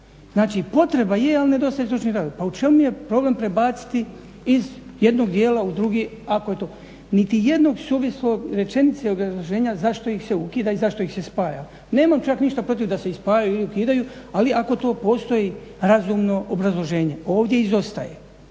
Znači, potreba je ali nedostaje stručnih radnika. Pa u čemu je problem prebaciti iz jednog djela u drugi, ako je to. Niti jedne suvisle rečenice, obrazloženja zašto ih se ukida i zašto ih se spaja. Nemam čak ništa protiv da se spajaju ili ukidaju ali ako to postoji razumno obrazloženje, ovdje izostaje.